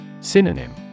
Synonym